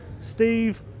Steve